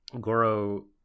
Goro